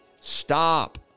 stop